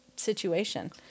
Situation